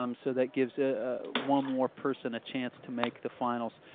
um so that gives ah ah one more person a chance to make the finals.